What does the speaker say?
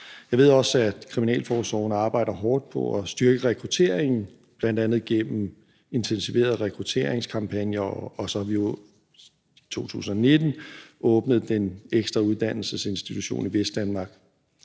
Jeg ved også, at kriminalforsorgen arbejder hårdt på at styrke rekrutteringen, bl.a. igennem intensiverede rekrutteringskampagner, og så har vi jo i 2019 åbnet den ekstra uddannelsesinstitution i Vestdanmark.